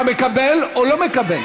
אתה מקבל או לא מקבל?